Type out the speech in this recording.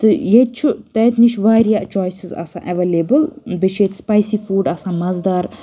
تہٕ ییٚتہِ چھُ تَتہِ نِش واریاہ چویسِز آسان اؠویلیبٕل بیٚیہِ چھِ ییٚتہِ سپایسی فوٗڈ آسان مَزٕدار